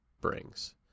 brings